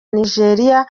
nigeria